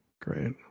Great